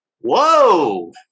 Whoa